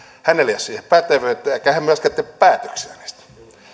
hänellä ei ole siihen pätevyyttä eikä hän myöskään tee päätöksiä näistä